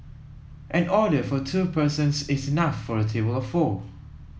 an order for two persons is enough for a table of four